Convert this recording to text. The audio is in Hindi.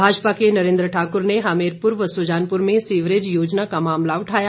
भाजपा के नरेंद्र ठाकुर ने हमीरपुर व सुजानपुर में सीरवेज योजना का मामला उठाया